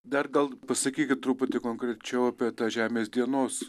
dar gal pasakykit truputį konkrečiau apie tą žemės dienos